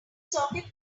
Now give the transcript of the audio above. socket